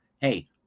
hey